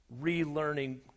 relearning